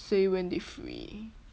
say when they free